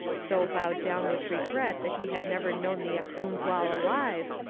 so bowed down with regret that he had never known the ahkoond while alive,